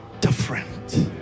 different